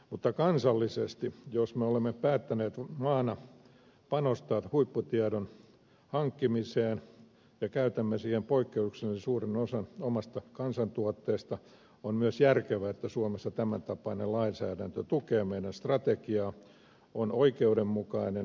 mutta kansallisesti jos me olemme päättäneet maana panostaa huipputiedon hankkimiseen ja käytämme siihen poikkeuksellisen suuren osan omasta kansantuotteestamme on myös järkevää että suomessa tämäntapainen lainsäädäntö tukee meidän strategiaamme on oikeudenmukainen kaikille osapuolille